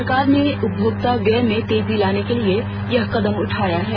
सरकार ने उपभोक्ता व्यय में तेजी लाने के लिए यह कदम उठाया है